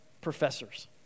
professors